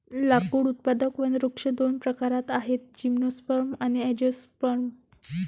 लाकूड उत्पादक वनवृक्ष दोन प्रकारात आहेतः जिम्नोस्पर्म आणि अँजिओस्पर्म